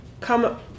come